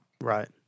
Right